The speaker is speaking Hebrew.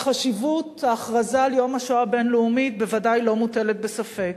אבל חשיבות ההכרזה על יום השואה הבין-לאומי בוודאי לא מוטלת בספק,